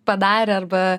padarė arba